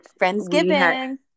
Friendsgiving